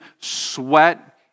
sweat